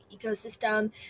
ecosystem